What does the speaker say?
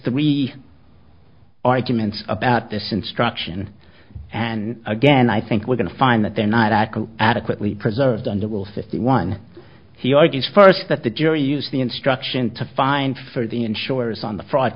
three arguments about this instruction and again i think we're going to find that they're not adequately preserved under will fifty one he argues first that the jury used the instruction to find for the insurers on the fr